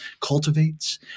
cultivates